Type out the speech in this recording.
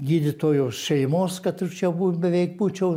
gydytojo šeimos kad ir čia bū beveik būčiau